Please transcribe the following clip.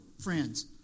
friends